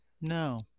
no